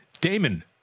Damon